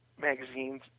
magazines